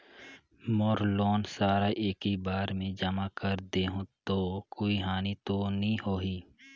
मोर loan सारा एकी बार मे जमा कर देहु तो कोई हानि तो नी होही?